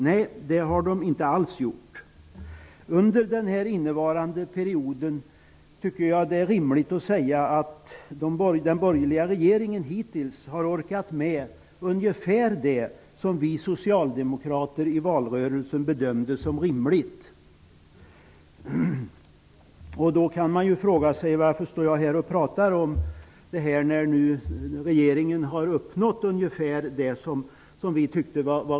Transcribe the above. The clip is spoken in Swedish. Nej, det har de inte alls gjort. Man kan säga att den borgerliga regeringen hittills, under den innevarande valperioden, har orkat med ungefär det som vi socialdemokrater i valrörelsen för tre år sedan bedömde som rimligt. Man kan fråga sig varför jag då står och pratar om detta.